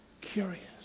curious